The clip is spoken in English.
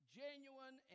genuine